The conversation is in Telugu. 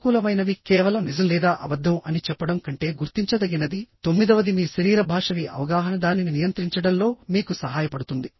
సానుకూలమైనవి కేవలం నిజం లేదా అబద్ధం అని చెప్పడం కంటే గుర్తించదగినదితొమ్మిదవది మీ శరీర భాషపై అవగాహన దానిని నియంత్రించడంలో మీకు సహాయపడుతుంది